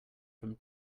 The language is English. from